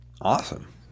awesome